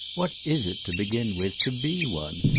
what is it, to begin with, to be one,